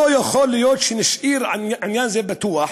לא יכול להיות שנשאיר עניין זה פתוח